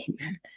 amen